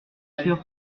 sûr